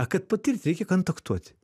a kad patirt reikia kantaktuot